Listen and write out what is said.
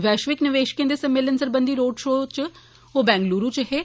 वैश्विक निवेशकें दे सम्मेलन सरबंधी रोड शो च ओहू बेंगलुरू च हे